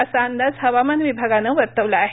असा अंदाज हवामान विभागानं वर्तवला आहे